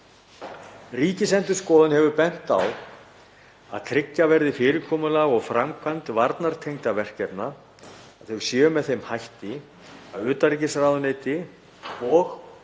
Ríkisendurskoðun hefur bent á að tryggja verði að fyrirkomulag og framkvæmd varnartengdra verkefna séu með þeim hætti að utanríkisráðuneytið